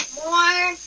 more